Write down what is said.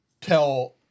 tell